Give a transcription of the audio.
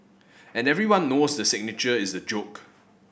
and everyone knows the signature is a joke